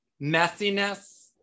messiness